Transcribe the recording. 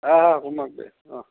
আহ আহ অকণমান আগবাঢ়ি আহ অ